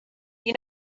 you